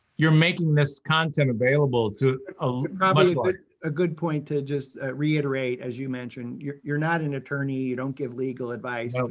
you're making this content available to a like ah good point to just reiterate, as you mentioned, you're you're not an attorney, you don't give legal advice.